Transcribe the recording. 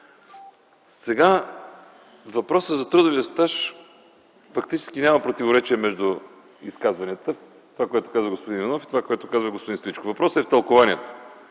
Сега въпросът за трудовия стаж. Фактически няма противоречие между изказванията – това, което каза господин Иванов, и това, което каза господин Стоичков. Въпросът е в тълкуванието.